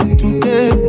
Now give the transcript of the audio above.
today